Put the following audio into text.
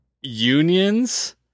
unions